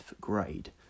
grade